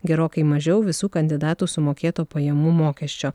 gerokai mažiau visų kandidatų sumokėto pajamų mokesčio